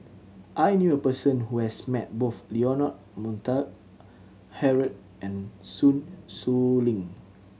I knew a person who has met both Leonard Montague Harrod and Sun Xueling